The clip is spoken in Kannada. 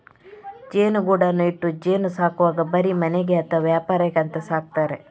ಜೇನುಗೂಡನ್ನ ಇಟ್ಟು ಜೇನು ಸಾಕುವಾಗ ಬರೀ ಮನೆಗೆ ಅಥವಾ ವ್ಯಾಪಾರಕ್ಕೆ ಅಂತ ಸಾಕ್ತಾರೆ